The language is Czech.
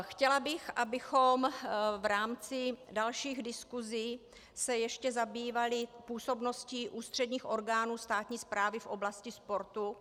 Chtěla bych, abychom se v rámci dalších diskusi ještě zabývali působností ústředních orgánů státní správy v oblasti sportu.